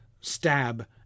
stab